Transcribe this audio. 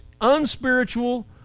unspiritual